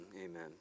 amen